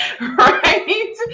right